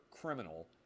criminal